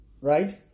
right